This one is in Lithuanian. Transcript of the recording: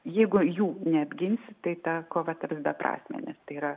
jeigu jų neapginsi tai ta kova taps beprasmė nes tai yra